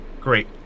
great